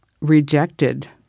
rejected